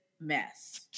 mess